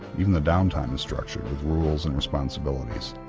even the downtime is structured with rules and responsibilities.